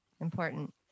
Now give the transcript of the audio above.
Important